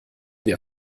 wir